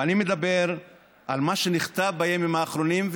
ואני מדבר על מה שנכתב בימים האחרונים,